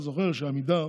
אתה זוכר שעמידר,